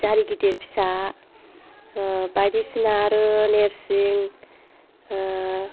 जारि गिदिर फिसा बायदिसिना आरो नोरसिं